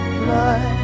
blood